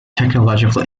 technological